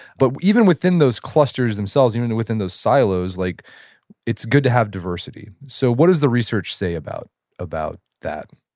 but even within those clusters themselves, even within those silos like it's good to have diversity. so what does the research say about about that?